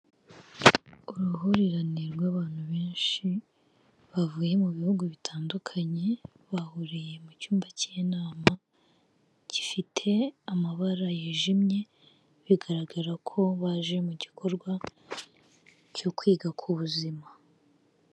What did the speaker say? Uruhurirane rw'abantu benshi bavuye mu bihugu bitandukanye bahuriye mu icyumba cy'inama gifite amabara yijimye bigaragara ko baje mu gikorwa cyo kwiga ku buzima.